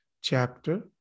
chapter